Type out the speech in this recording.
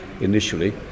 initially